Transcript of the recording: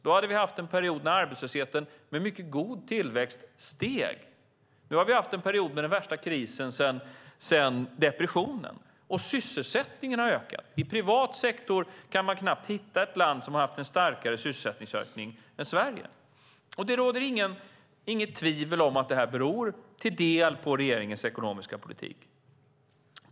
Då hade vi haft en period när arbetslösheten, med mycket god tillväxt, steg. Nu har vi haft en period med den värsta krisen sedan depressionen, och sysselsättningen har ökat. I privat sektor kan man knappt hitta ett land som har haft en starkare sysselsättningsökning än Sverige, och det råder inget tvivel om att det här till del beror på regeringens ekonomiska politik.